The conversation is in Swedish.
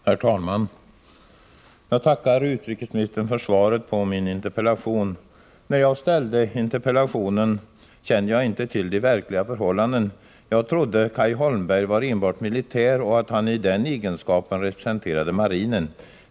Herr talman! Jag tackar utrikesministern för svaret på min interpellation. När jag ställde interpellationen kände jag inte till de verkliga förhållandena. Jag trodde att Cay Holmberg var enbart militär och att han i den egenskapen representerade marinen.